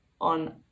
on